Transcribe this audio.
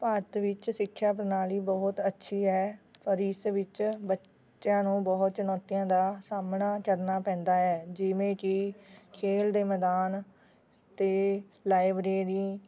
ਭਾਰਤ ਵਿੱਚ ਸਿੱਖਿਆ ਪ੍ਰਣਾਲੀ ਬਹੁਤ ਅੱਛੀ ਹੈ ਔਰ ਇਸ ਵਿੱਚ ਬੱਚਿਆਂ ਨੂੰ ਬਹੁਤ ਚੁਣੌਤੀਆਂ ਦਾ ਸਾਹਮਣਾ ਕਰਨਾ ਪੈਂਦਾ ਹੈ ਜਿਵੇਂ ਕਿ ਖੇਲ ਦੇ ਮੈਦਾਨ ਅਤੇ ਲਾਇਬ੍ਰੇਰੀ